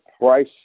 price